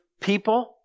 people